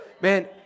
Man